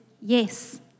yes